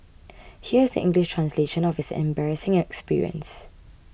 here is the English translation of his embarrassing experience